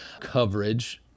coverage